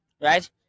right